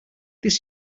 this